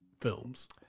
films